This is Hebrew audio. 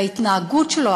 וההתנהגות שלו,